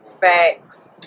Facts